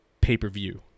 pay-per-view